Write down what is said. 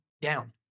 down